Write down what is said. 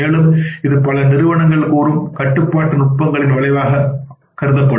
மேலும் இது பல நிறுவனங்கள் கூறும் கட்டுப்பாட்டு நுட்பங்களின் விளைவாகும்